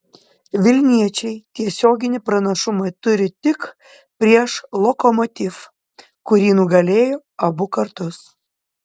vilniečiai tiesioginį pranašumą turi tik prieš lokomotiv kurį nugalėjo abu kartus